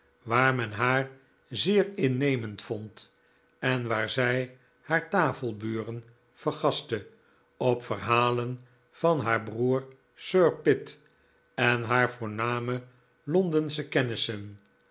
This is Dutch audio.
waar men haar zeer innemend vond en waar zij haar tafelburen vergastte op verhalen van haar broer sir pitt en haar voorname londensche kennissen